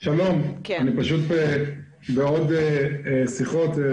שלום, אני פשוט בעוד שיחות.